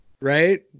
right